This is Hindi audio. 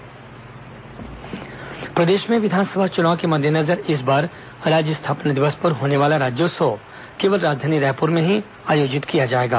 राज्योत्सव प्रदेश में विधानसभा चुनाव के मद्देनजर इस बार राज्य स्थापना दिवस पर होने वाला राज्योत्सव केवल राजधानी रायपुर में ही आयोजित किया जाएगा